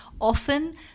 often